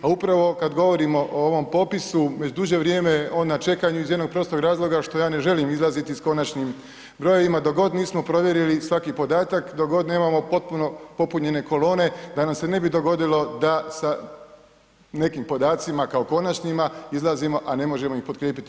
A upravo kada govorimo o ovom popisu, već duže vrijeme on je na čekanju iz jednog prostog razloga što ja ne želim izlaziti s konačnim brojevima dok god nismo provjerili svaki podataka, dok god nemamo potpuno popunjene kolone da nam se ne bi dogodilo da sa nekim podacima kao konačnima izlazimo, a ne možemo ih potkrijepiti.